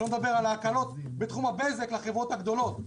אני לא מדבר על ההקלות בתחום הבזק לחברות הגדולות.